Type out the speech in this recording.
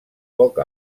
poc